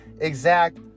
exact